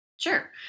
Sure